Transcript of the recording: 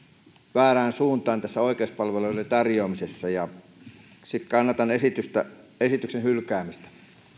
väärään suuntaan oikeuspalveluiden tarjoamisessa kannatan esityksen hylkäämistä